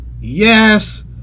Yes